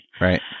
Right